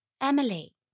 Emily